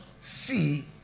see